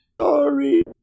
sorry